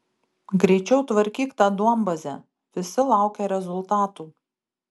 greičiau tvarkyk tą duombazę visi laukia rezultatų